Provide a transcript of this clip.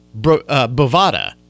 Bovada